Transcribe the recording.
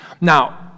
Now